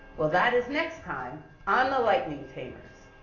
well, that is next time on the lightening tamers.